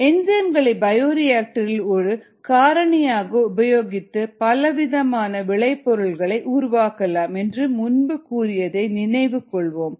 என்சைம்களை பயோரியாக்டரில் ஒரு காரணியாக உபயோகித்து பலவிதமான விளைபொருள்களை உருவாக்கலாம் என்று முன்பு கூறியதை நினைவு கொள்வோம்